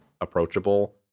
approachable